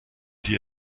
die